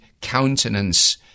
countenance